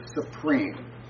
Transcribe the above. supreme